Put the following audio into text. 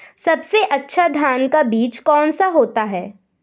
सबसे अच्छा धान का बीज कौन सा होता है?